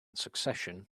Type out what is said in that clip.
succession